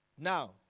Now